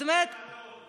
בתי מלון.